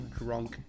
drunk